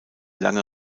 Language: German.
lange